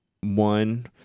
one